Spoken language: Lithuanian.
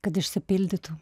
kad išsipildytų